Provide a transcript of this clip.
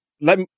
let